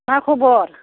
मा खाबर